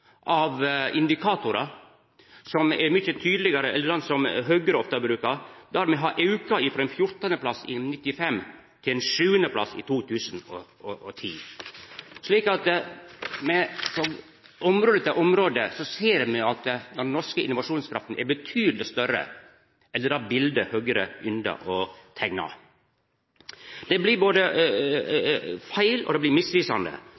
av indikatorar, og som er mykje tydelegare enn han som Høgre ofte brukar: Der har me stige frå ein 14. plass i 1995 til ein 7. plass i 2010. Me ser frå område til område at den norske innovasjonskrafta er betydeleg større enn det biletet Høgre yndar å teikna. Det blir både feil og misvisande.